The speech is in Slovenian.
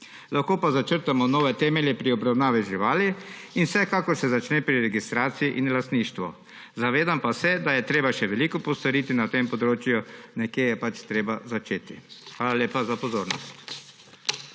lahko pa začrtamo nove temelje pri obravnavi živali, in vsekakor se začne pri registraciji in lastništvu. Zavedam pa se, da je treba še veliko postoriti na tem področju. Nekje je pač treba začeti. Hvala lepa za pozornost.